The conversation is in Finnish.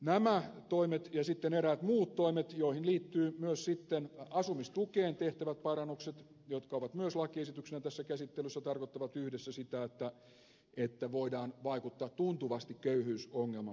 nämä toimet ja sitten eräät muut toimet joihin liittyy myös sitten asumistukeen tehtävät parannukset jotka ovat myös lakiesityksenä tässä käsittelyssä tarkoittavat yhdessä sitä että voidaan vaikuttaa tuntuvasti köyhyysongelman poistamiseen